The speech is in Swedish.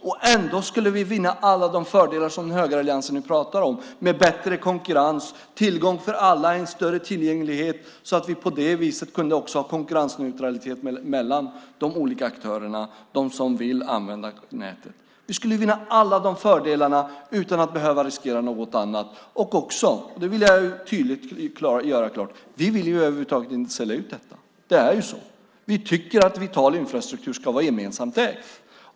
Men vi skulle ändå vinna alla de fördelar som högeralliansen nu talar om med bättre konkurrens, tillgång för alla och en större tillgänglighet så att vi på det sättet också skulle kunna ha konkurrensneutralitet mellan de olika aktörer som vill använda nätet. Vi skulle vinna alla dessa fördelar utan att behöva riskera något annat. Jag vill tydligt göra klart att vi över huvud taget inte vill sälja ut detta. Så är det. Vi tycker att vital infrastruktur ska vara gemensamt ägd.